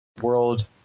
world